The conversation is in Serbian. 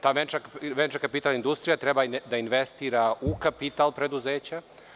Ta „venture capital“ industrija treba da investira u kapital preduzeća.